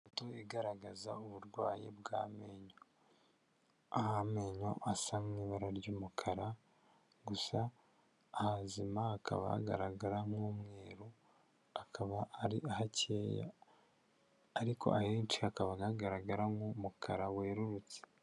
Ifoto igaragaza uburwayi bw'amenyo, aho amenyo asa mu ibara ry'umukara, gusa ahazima hakaba hagaragara nk'umweru, akaba ari hakeya ariko ahenshi hakaba hagaragara nk'umukara wererutse.